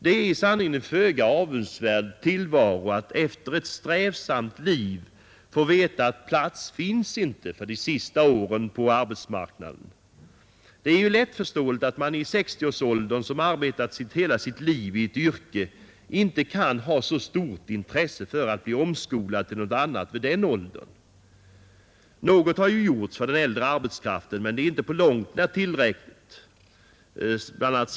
Det är i sanning en föga avundsvärd tillvaro att efter ett strävsamt liv få känna av att det inte finns någon plats de sista åren på arbetsmarknaden. Det är lättförståeligt att en man i sextioårsåldern som arbetat hela sitt liv i ett yrke inte vid denna höga ålder kan ha så stort intresse för att bli omskolad till något annat. Något har gjorts för den äldre arbetskraften, men inte på långt när tillräckligt.